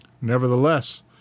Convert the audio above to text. Nevertheless